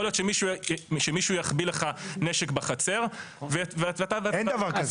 יכול להיות שמישהו יחביא לך נשק בחצר ואתה --- אין דבר כזה.